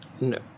No